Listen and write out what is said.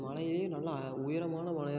மலையே நல்லா உயரமான மலையாக இருக்கும்